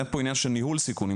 אין פה עניין של ניהול סיכונים,